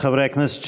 חברי הכנסת,